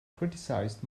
criticized